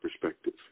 perspective